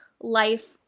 life